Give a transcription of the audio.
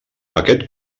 aquest